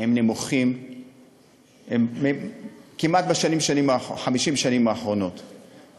הם הנמוכים ב-50 השנים האחרונות כמעט.